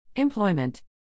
employment